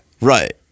Right